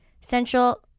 Central